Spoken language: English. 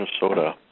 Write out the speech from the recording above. Minnesota